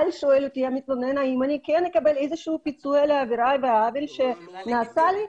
המתלונן שואל אותי האם הוא יקבל איזשהו פיצוי על העבירה והעוול שנעשה לו.